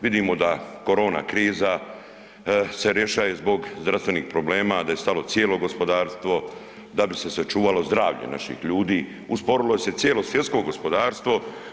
Vidimo da korona kriza se rješava zbog zdravstvenih problema, da je stalo cijelo gospodarstvo da bi se sačuvalo zdravlje naših ljudi, usporilo se je cijelo svjetsko gospodarstvo.